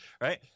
Right